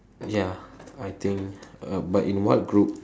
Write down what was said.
ya I think uh but in what group